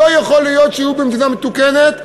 לא יכול להיות שיהיו במדינה מתוקנת,